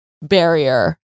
barrier